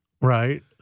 Right